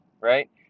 right